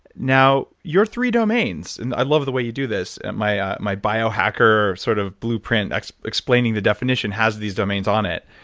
now, your three domains, i love the way you do this. my ah my bio hacker sort of blueprint explaining the definition has these domains on it,